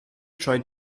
tried